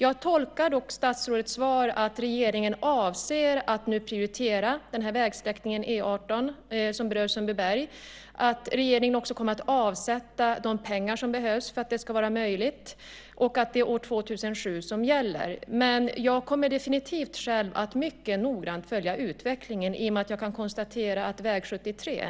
Jag tolkar dock statsrådets svar, att regeringen avser att nu prioritera den vägsträckning av E 18 som berör Sundbyberg, som att regeringen kommer att avsätta de pengar som behövs för att det ska vara möjligt och att det är år 2007 som gäller. Men jag kommer definitivt själv att mycket noggrant följa utvecklingen i och med att jag kan konstatera att det har